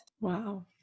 Wow